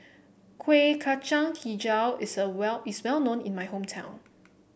Kueh Kacang hijau is a well is well known in my hometown